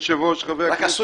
כמה